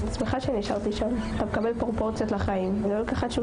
אתה לא יודע איך אתה מתחיל, אתה לא יודע איך אתה